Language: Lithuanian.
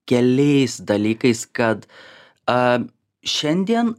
keliais dalykais kad a šiandien